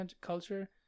culture